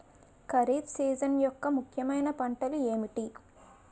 Kharif season యెక్క ముఖ్యమైన పంటలు ఏమిటీ?